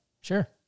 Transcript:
sure